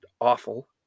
awful